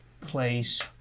place